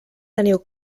teniu